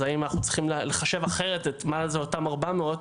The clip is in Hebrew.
אז אנחנו צריכים לחשב אחרת את מה זה אותם 400,